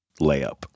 layup